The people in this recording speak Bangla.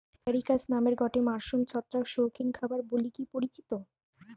এগারিকাস নামের গটে মাশরুম ছত্রাক শৌখিন খাবার বলিকি পরিচিত